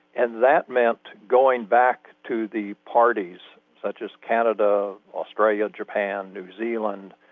and that meant going back to the parties such as canada, australia, japan, new zealand,